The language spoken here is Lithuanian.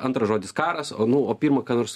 antras žodis karas o nu o pirma ką nors